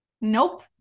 Nope